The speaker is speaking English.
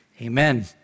amen